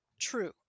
true